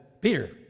Peter